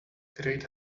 great